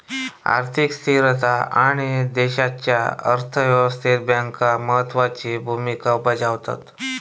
आर्थिक स्थिरता आणि देशाच्या अर्थ व्यवस्थेत बँका महत्त्वाची भूमिका बजावतत